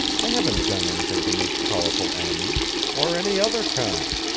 i haven't done anything to make powerful enemies, or any other kind.